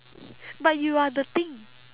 but you are the thing